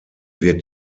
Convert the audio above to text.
wird